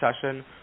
session